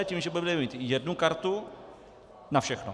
Tím, že budeme mít jednu kartu na všechno.